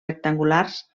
rectangulars